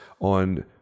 on